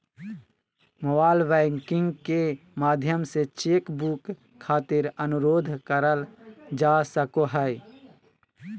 mobile banking के माध्यम से चेक बुक खातिर अनुरोध करल जा सको हय